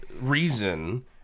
reason